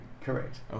Correct